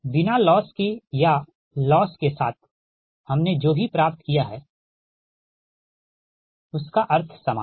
बिना लॉस के या लॉस के साथ हमनें जो भी प्राप्त किया हैं अर्थ सामान है